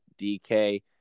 DK